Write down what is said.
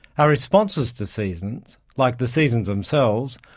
our responses to seasons like the seasons themselves,